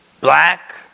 black